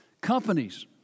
companies